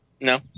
No